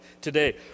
today